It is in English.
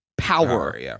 Power